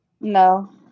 No